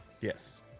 Yes